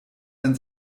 ein